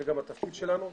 זה גם התפקיד שלנו.